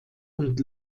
und